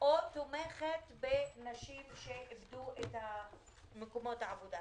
או תומכת בנשים שאיבדו את מקומות העבודה.